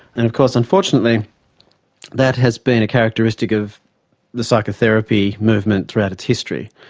and of course unfortunately that has been a characteristic of the psychotherapy movement throughout its history.